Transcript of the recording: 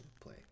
play